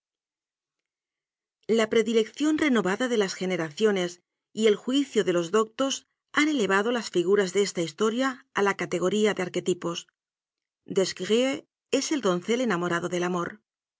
la predilección renovada de las generaciones y el juicio de los doctos han elevado las figuras de esta historia a la categoría de arquetipos des grieux es el doncel enamorado del amor